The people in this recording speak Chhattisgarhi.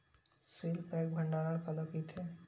सील पैक भंडारण काला कइथे?